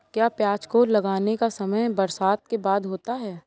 क्या प्याज को लगाने का समय बरसात के बाद होता है?